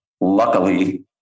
luckily